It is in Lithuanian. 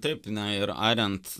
taip na ir ariant